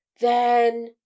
Then—